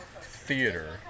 theater